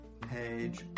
page